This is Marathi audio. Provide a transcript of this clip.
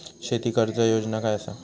शेती कर्ज योजना काय असा?